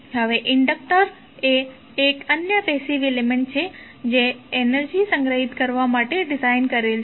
હવેઇન્ડક્ટર એ એક અન્ય પેસિવ એલિમેન્ટ્ છે જે એનર્જી સંગ્રહિત કરવા માટે ડિઝાઇન કરેલ છે